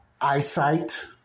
eyesight